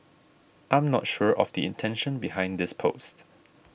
I'm not sure of the intention behind this post